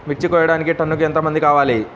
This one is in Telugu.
మిర్చి కోయడానికి టన్నుకి ఎంత మంది కావాలి?